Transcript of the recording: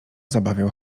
zabawiał